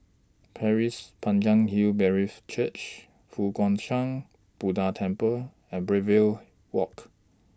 Pasir Panjang Hill Brethren Church Fo Guang Shan Buddha Temple and Brookvale Walk